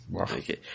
okay